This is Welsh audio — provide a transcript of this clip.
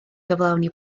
gyflawni